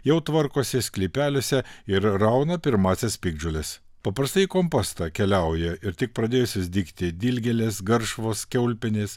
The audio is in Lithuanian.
jau tvarkosi sklypeliuose ir rauna pirmąsias piktžoles paprastai į kompostą keliauja ir tik pradėjusios dygti dilgėlės garšvos kiaulpienės